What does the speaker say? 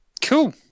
Cool